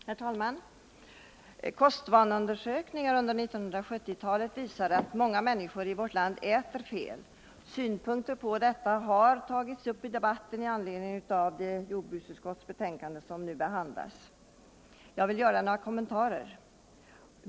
Herr talman! Kostvaneundersökningar under 1970-talet visar att många människor i vårt land äter fel. Synpunkter på detta har tidigare tagits upp i debatten i anledning av det jordbruksutskottets betänkande som nu behandlas. Jag vill göra några kommentarer.